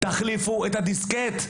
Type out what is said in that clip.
תחליפו את הדיסקט,